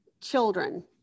children